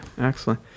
Excellent